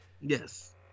Yes